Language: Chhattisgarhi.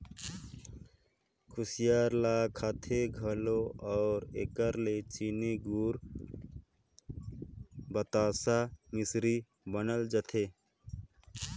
कुसियार ल खाथें घलो अउ एकर ले चीनी, गूर, बतासा, मिसरी बनाल जाथे